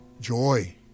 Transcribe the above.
joy